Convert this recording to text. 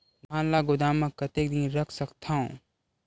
धान ल गोदाम म कतेक दिन रख सकथव?